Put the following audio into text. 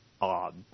odd